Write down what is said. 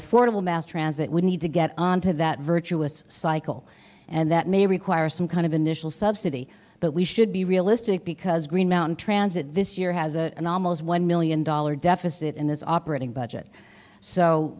affordable mass transit we need to get on to that virtuous cycle and that may require some kind of initial subsidy but we should be realistic because green mountain transit this year has a an almost one million dollar deficit and its operating budget so